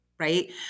right